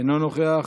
אינו נוכח,